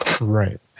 Right